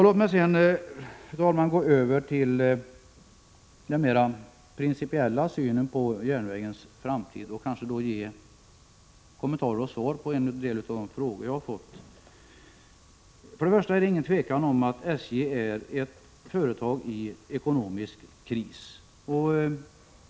Låt mig sedan, fru talman, gå över till den mera principiella synen på järnvägens framtid och därvid ge kommentarer till och svar på en del av de frågor jag fått. Först och främst är det inget tvivel om att SJ är ett företag i ekonomisk kris.